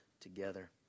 together